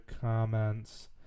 comments